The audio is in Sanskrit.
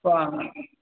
स्वा